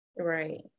Right